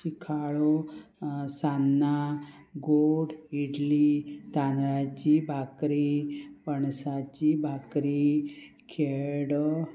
शिखाळो सान्नां गोठ इडली तांदळाची भाकरी पणसाची भाकरी खेडो